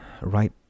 Right